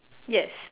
yes